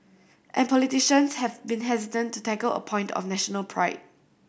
and politicians have been hesitant to tackle a point of national pride